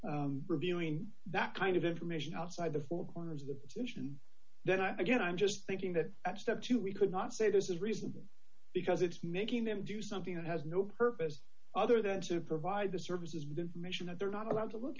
be reviewing that kind of information outside the four corners of the position then i guess i'm just thinking that step two we could not say this is reasonable because it's making them do something that has no purpose other than to provide the services of information and they're not allowed to look